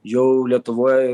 jau lietuvoj